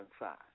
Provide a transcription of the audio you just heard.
inside